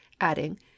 adding